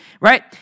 right